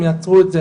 הם יעצרו את זה,